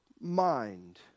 mind